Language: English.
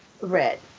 Red